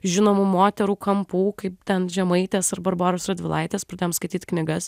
žinomų moterų kampų kaip ten žemaitės ar barboros radvilaitės pradėjom skaityt knygas